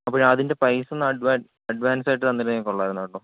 അപ്പോള് അതിന്റെ പൈസയൊന്ന് അഡ്വാന് അഡ്വാന്സായിട്ട് തന്നിരുന്നെങ്കില് കൊള്ളാമായിരുന്നു കേട്ടോ